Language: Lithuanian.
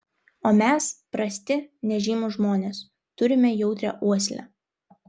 o mes prasti nežymūs žmonės turime jautrią uoslę